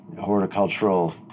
horticultural